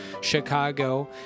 Chicago